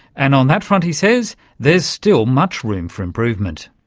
and on that front, he says, there's still much room for improvement.